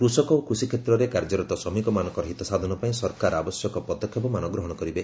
କୁଷକ ଓ କୃଷିକ୍ଷେତ୍ରରେ କାର୍ଯ୍ୟରତ ଶ୍ରମିକମାନଙ୍କର ହିତସାଧନପାଇଁ ସରକାର ଆବଶ୍ୟକ ପଦକ୍ଷେପମାନ ଗ୍ରହଣ କରିବେ